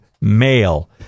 male